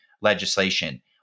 legislation